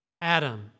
Adam